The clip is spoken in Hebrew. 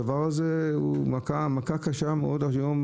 הדבר הזה הוא מכה קשה מאוד היום,